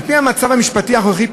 על-פי המצב המשפטי הנוכחי,